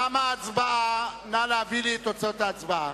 תמה ההצבעה, נא להביא לי את תוצאות ההצבעה.